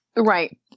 Right